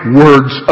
words